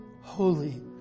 holy